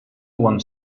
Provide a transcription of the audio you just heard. one